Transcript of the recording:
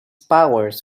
powers